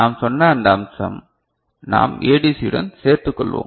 நாம் சொன்ன இந்த அம்சம் நாம் ஏடிசியுடன் சேர்ந்து கொள்வோம்